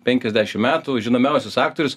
penkiasdešim metų žinomiausius aktorius